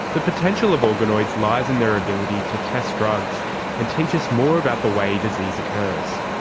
the potential of organoids lies in their ability to test drugs and teach us more about the way disease occurs.